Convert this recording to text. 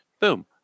boom